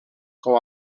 com